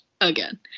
again